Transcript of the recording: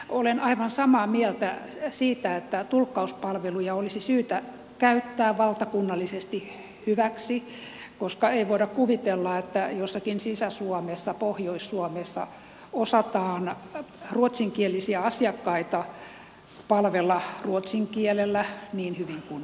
olen aivan samaa mieltä siitä että tulkkauspalveluja olisi syytä käyttää valtakunnallisesti hyväksi koska ei voida kuvitella että jossakin sisä suomessa pohjois suomessa osataan ruotsinkielisiä asiakkaita palvella ruotsin kielellä niin hyvin kuin olisi tarpeen